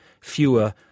fewer